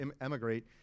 emigrate